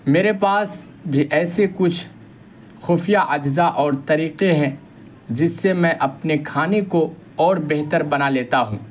میرے پاس بھی ایسے کچھ خفیہ اجزاء اور طریقے ہیں جس سے میں اپنے کھانے کو اور بہتر بنا لیتا ہوں